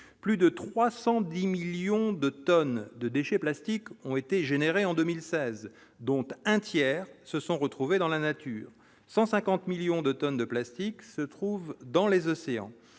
plus de 310 millions de tonnes de déchets plastiques ont été générés en 2016, dont un tiers se sont retrouvés dans la nature 150 millions de tonnes de plastique se trouve dans les océans,